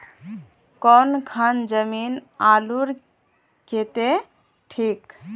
कौन खान जमीन आलूर केते ठिक?